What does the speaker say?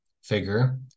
figure